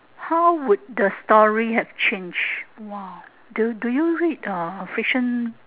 how would the story have changed !wah! do do you read uh fiction